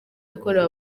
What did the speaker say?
yakorewe